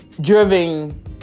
driven